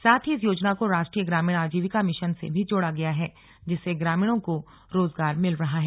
साथ ही इस योजना को राष्ट्रीय ग्रामीण आजीविका मिशन से भी जोड़ा गया है जिससे ग्रामीणों को रोजगार मिल रहा है